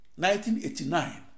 1989